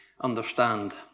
understand